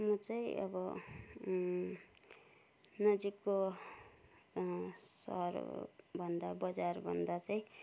म चाहिँ अब नजिकको सहर भन्दा बजार भन्दा चाहिँ